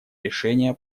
решения